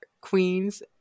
queens